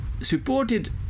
supported